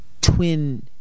twin